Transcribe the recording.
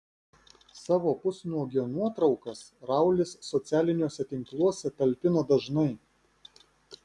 savo pusnuogio nuotraukas raulis socialiniuose tinkluose talpina dažnai